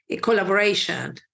collaboration